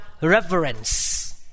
reverence